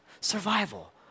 Survival